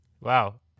wow